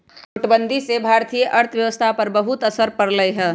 नोटबंदी से भारतीय अर्थव्यवस्था पर बहुत असर पड़ लय